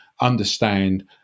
understand